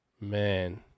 Man